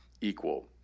equal